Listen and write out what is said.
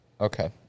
Okay